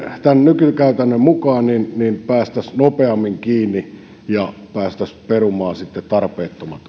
tämän nykykäytännön mukaan päästäisiin nopeammin kiinni ja päästäisiin perumaan sitten tarpeettomat